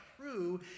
true